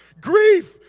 Grief